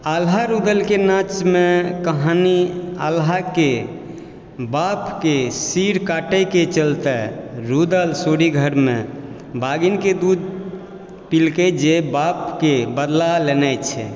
आल्हा रुदलके नाँचमे कहानी आल्हाके बापके सिर काटयके चलते रुदल सुरी घरमे भागिनके दूध पिलकै जे बापके बदला लेने छै